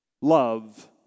Love